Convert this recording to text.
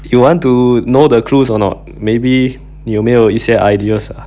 you want to know the clues or not maybe 你有没有一些 ideas ah